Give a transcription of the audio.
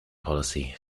policy